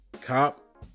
Cop